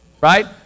Right